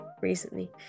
recently